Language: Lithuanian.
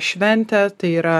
šventė tai yra